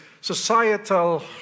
societal